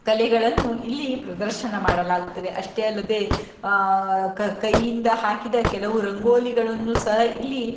ಕಲೆಗಳನ್ನು ಇಲ್ಲಿ ಪ್ರದರ್ಶನ ಮಾಡಲಾಗುತ್ತದೆ ಅಷ್ಟೇ ಅಲ್ಲದೆ ಕೈಯಿಂದ ಹಾಕಿದ ಕೆಲವು ರಂಗೋಲಿಗಳನ್ನು ಸಹ ಇಲ್ಲಿ